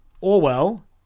Orwell